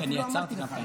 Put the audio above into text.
אני עצרתי כמה פעמים.